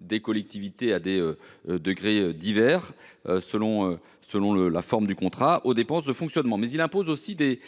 des collectivités territoriales, à des degrés divers, selon la forme du contrat, aux dépenses de fonctionnement. Mais il impose aussi des